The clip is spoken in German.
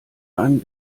einem